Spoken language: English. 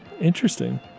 Interesting